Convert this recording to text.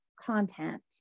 content